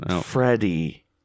Freddie